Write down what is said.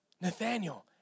Nathaniel